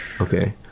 Okay